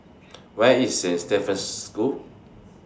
Where IS Saint Stephen's School